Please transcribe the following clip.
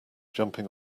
jumping